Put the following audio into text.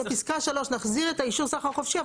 בפסקה 3 נחזיר את האישור סחר חופשי,